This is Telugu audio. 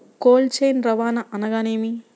కోల్డ్ చైన్ రవాణా అనగా నేమి?